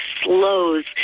slows